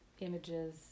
images